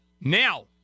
now